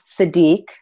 Sadiq